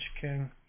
King